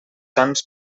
sans